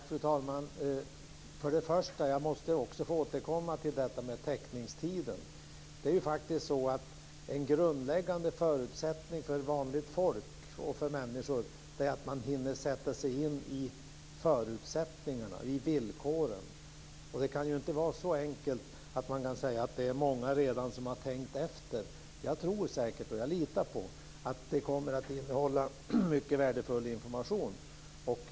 Fru talman! Först och främst måste jag också få återkomma till teckningstiden. En grundläggande förutsättning för vanliga människor är faktiskt att man hinner sätta sig in i villkoren. Det är inte så enkelt att man kan säga att det är många som redan har tänkt efter. Jag tror säkert och jag litar på att det kommer mycket värdefull information.